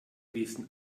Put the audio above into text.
wissen